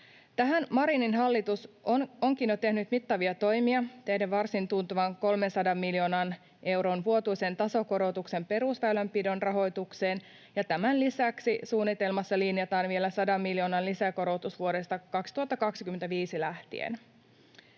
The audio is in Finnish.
Marinin hallitus onkin jo tehnyt mittavia toimia tehden varsin tuntuvan, 300 miljoonan euron, vuotuisen tasokorotuksen perusväylänpidon rahoitukseen. Tämän lisäksi suunnitelmassa linjataan vielä 100 miljoonan lisäkorotus vuodesta 2025 lähtien.